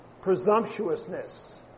presumptuousness